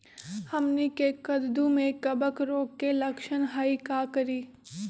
हमनी के कददु में कवक रोग के लक्षण हई का करी?